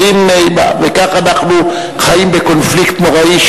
וכך אנחנו חיים בקונפליקט נוראי,